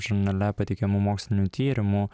žurnale pateikiamų mokslinių tyrimų